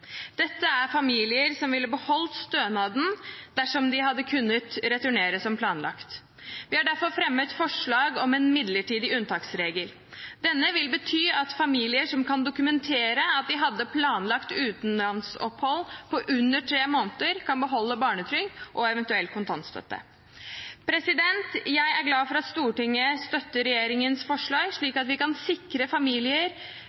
Dette er familier som ville beholdt stønaden dersom de hadde kunnet returnere som planlagt. Vi har derfor fremmet forslag om en midlertidig unntaksregel. Denne vil bety at familier som kan dokumentere at de hadde planlagt utenlandsopphold på under tre måneder, kan beholde barnetrygd og eventuelt kontantstøtte. Jeg er glad for at Stortinget støtter regjeringens forslag,